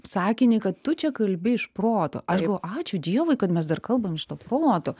sakinį kad tu čia kalbi iš proto aš galvoju ačiū dievui kad mes dar kalbam iš to proto